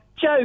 Joe